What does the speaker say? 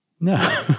No